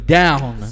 down